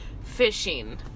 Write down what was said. fishing